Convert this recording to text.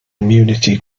immunity